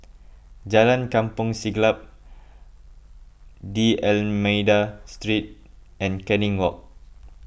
Jalan Kampong Siglap D'Almeida Street and Canning Walk